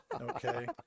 okay